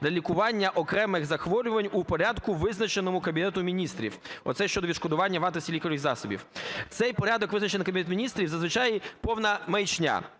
для лікування окремих захворювань у порядку, визначеному Кабінетом Міністрів. Оце щодо відшкодування вартості лікарських засобів. Цей порядок, визначений Кабінетом Міністрів, зазвичай повна маячня,